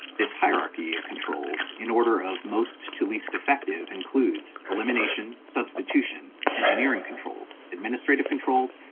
this hierarchy of controls, in order of most to least effective, includes elimination, substitution, engineering controls, administrative controls,